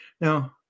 Now